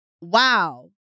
wow